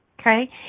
Okay